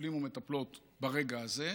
מטפלים ומטפלות ברגע הזה.